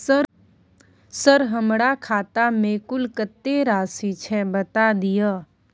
Sir हमरा खाता में कुल कत्ते राशि छै बता दिय?